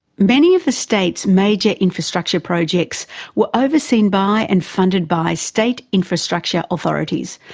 many of the states' major infrastructure projects were overseen by and funded by state infrastructure authorities,